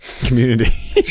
community